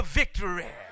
victory